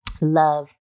love